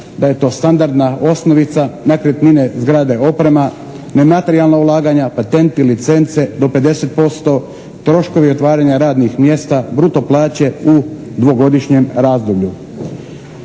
da je to standardna osnovica nekretnine, zgrade, oprema, nematerijalna ulaganja, patenti, licence do 50%, troškovi otvaranja radnih mjesta, bruto plaće u dvogodišnjem razdoblju.